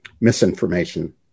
misinformation